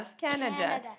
Canada